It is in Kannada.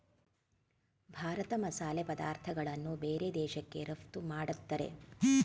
ಭಾರತ ಮಸಾಲೆ ಪದಾರ್ಥಗಳನ್ನು ಬೇರೆ ದೇಶಕ್ಕೆ ರಫ್ತು ಮಾಡತ್ತರೆ